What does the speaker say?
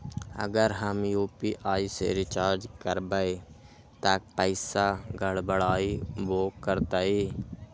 अगर हम यू.पी.आई से रिचार्ज करबै त पैसा गड़बड़ाई वो करतई?